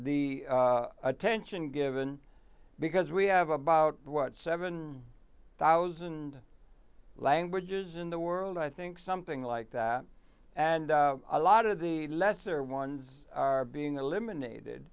the attention given because we have about what seven thousand languages in the world i think something like that and a lot of the lesser ones are being the lim